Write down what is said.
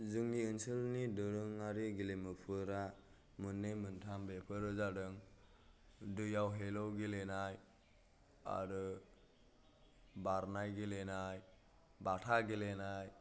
जोंनि ओनसोलनि दोरोङारि गेलेमुफोरा मोननै मोनथाम बेफोरो जादों दैयाव हेलौ गेलेनाय आरो बारनाय गेलेनाय बाथा गेलेनाय